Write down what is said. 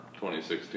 2016